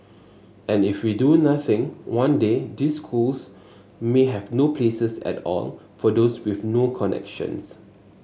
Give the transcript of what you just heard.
and if we do nothing one day these schools may have no places at all for those with no connections